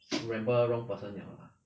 remember wrong person liao lah